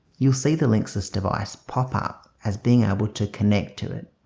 you'll see the linksys device pop up as being able to connect to it.